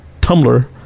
Tumblr